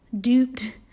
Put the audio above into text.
duped